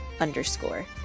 underscore